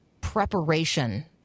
preparation